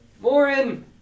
Morin